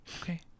okay